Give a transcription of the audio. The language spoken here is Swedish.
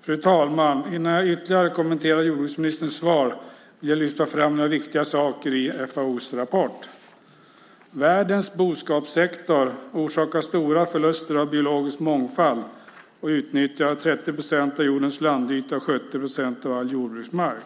Fru talman! Innan jag ytterligare kommenterar jordbruksministerns svar vill jag lyfta fram några viktiga saker i FAO:s rapport. Världens boskapssektor orsakar stora förluster av biologisk mångfald och utnyttjar 30 procent av jordens landyta och 70 procent av all jordbruksmark.